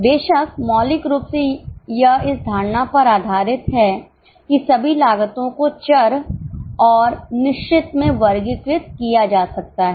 बेशक मौलिक रूप से यह इस धारणा पर आधारित है कि सभी लागतों को चर और निश्चित में वर्गीकृत किया जा सकता है